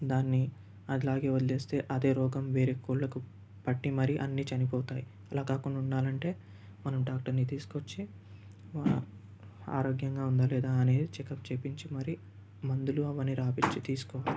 దాన్ని అట్లాగే వదిలేస్తే అదే రోగం వేరే కోళ్లకు పట్టి మరి అన్ని చనిపోతాయి అలా కాకుండా ఉండాలంటే మనం డాక్టర్ని తీసుకవచ్చి ఆరోగ్యంగా ఉందా లేదా అనేది చెకప్ చేయించి మరి మందులు అవన్ని రాయించి తీసుకోవాలి